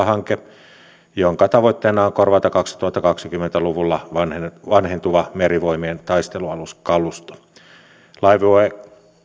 hanke jonka tavoitteena on korvata kaksituhattakaksikymmentä luvulla vanhentuva merivoimien taistelualuskalusto laivue